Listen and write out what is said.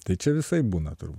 tai čia visaip būna tur